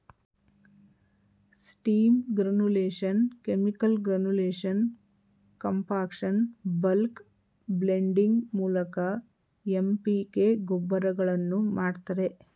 steam granulation, chemical granulation, compaction, bulk blending ಮೂಲಕ MPK ಗೊಬ್ಬರಗಳನ್ನು ಮಾಡ್ತರೆ